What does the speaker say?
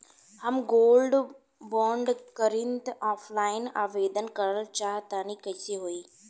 हम gold bond करंति offline आवेदन करल चाह तनि कइसे होई?